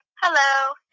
Hello